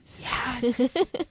yes